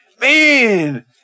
man